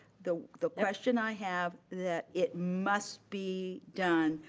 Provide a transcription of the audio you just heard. the the question i have, that it must be done,